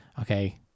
okay